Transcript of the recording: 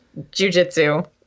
jujitsu